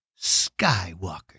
Skywalker